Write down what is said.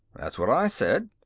that's what i said.